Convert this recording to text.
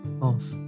off